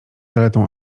zaletą